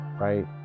right